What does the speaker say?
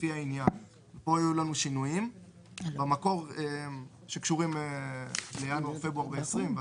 לפי העניין:" פה היו לנו שינויים שקשורים לינואר-פברואר ב-2020.